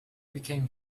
became